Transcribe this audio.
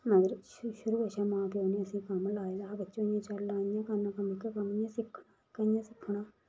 मगर शुरू कशा असें मां प्यो ने कम्म लाए दा हा अस बच्चे इ'यां कम्म करना कम्म सिक्खना कियां सिक्खना